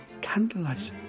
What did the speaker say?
candlelight